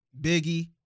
Biggie